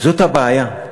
זאת הבעיה,